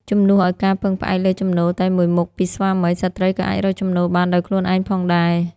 ជំនួសឱ្យការពឹងផ្អែកលើចំណូលតែមួយមុខពីស្វាមី ស្ត្រីក៏អាចរកចំណូលបានដោយខ្លួនឯងផងដែរ។